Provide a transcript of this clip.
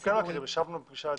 אנחנו כן מכירים, ישבנו בפגישה לדעתי.